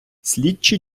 слідчі